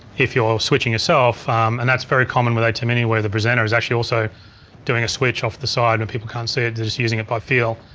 if you're switching yourself and that's very common with atem mini where the presenter is actually also doing a switch off the side and people can't see it. they're just using it by feel.